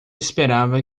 esperava